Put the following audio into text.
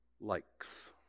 likes